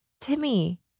Timmy